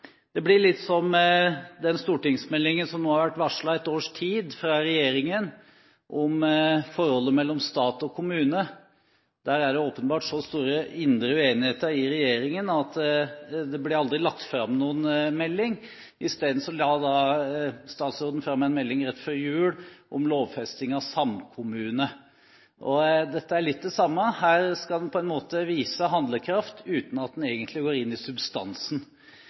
Det blir litt som med den stortingsmeldingen som har vært varslet et års tid fra regjeringen, om forholdet mellom stat og kommune. Her er det åpenbart så stor indre uenighet i regjeringen at det aldri er blitt lagt fram noen melding. Isteden la statsråden fram en melding rett før jul om lovfesting av samkommune. Dette er litt det samme. Her skal en på en måte vise handlekraft uten at en egentlig går inn i substansen.